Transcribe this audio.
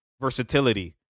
versatility